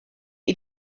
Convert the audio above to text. een